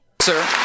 Sir